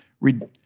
read